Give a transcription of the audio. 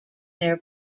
their